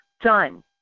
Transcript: done